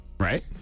Right